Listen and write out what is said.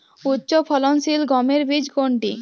উচ্চফলনশীল গমের বীজ কোনটি?